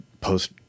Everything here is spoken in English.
post